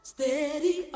Steady